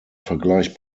vergleich